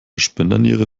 spenderniere